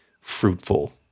fruitful